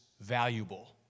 valuable